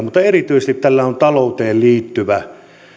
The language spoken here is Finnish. mutta erityisesti tällä on talouteen liittyvä